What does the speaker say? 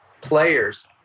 players